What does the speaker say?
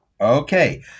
Okay